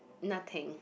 nothing